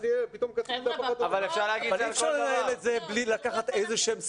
יהיה פתאום --- אבל אי אפשר לנהל את זה בלי לקחת איזה שהם סיכונים.